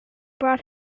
brought